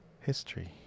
History